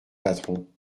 patron